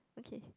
okay